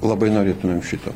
labai norėtum šito